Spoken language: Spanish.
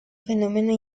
fenómeno